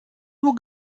nur